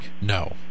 No